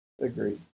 Agreed